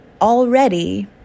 already